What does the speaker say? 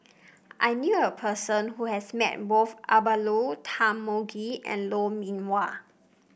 I knew a person who has met both Abdullah Tarmugi and Lou Mee Wah